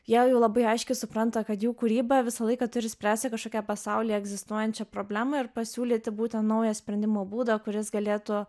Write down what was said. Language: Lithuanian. jie jau labai aiškiai supranta kad jų kūryba visą laiką turi spręsti kažkokią pasaulyje egzistuojančią problemą ir pasiūlyti būtent naują sprendimo būdą kuris galėtų